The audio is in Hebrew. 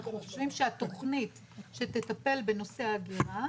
אנחנו חושבים שהתוכנית שתטפל בנושא האגירה,